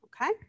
Okay